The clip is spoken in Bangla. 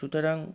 সুতরাং